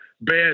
bad